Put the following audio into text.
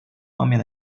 方面